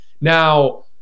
Now